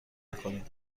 نکنید